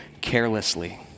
carelessly